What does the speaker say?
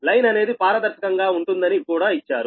line అనేది పారదర్శకంగా ఉంటుందని కూడా ఇచ్చారు